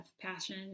passion